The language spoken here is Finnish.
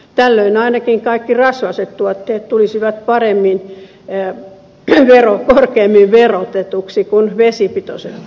tällöin ainakin kaikki rasvaiset tuotteet tulisivat korkeammin verotetuiksi kuin vesipitoiset tuotteet